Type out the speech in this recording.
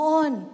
on